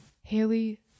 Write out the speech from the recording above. Haley